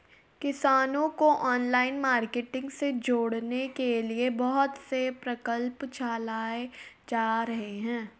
किसानों को online marketing से जोड़ने के लिए बहुत से प्रकल्प चलाए जा रहे हैं